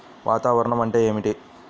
వాతావరణం అంటే ఏమిటి?